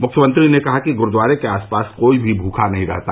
मुख्यमंत्री ने कहा कि गुरूद्वारे के आसपास कोई भी भूखा नहीं रहता